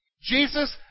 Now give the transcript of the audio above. Jesus